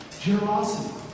Generosity